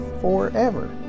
forever